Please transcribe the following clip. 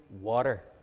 water